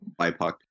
BIPOC